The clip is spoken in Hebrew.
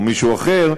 או מישהו אחר,